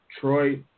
troy